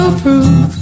prove